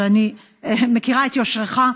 ואני מכירה את יושרך,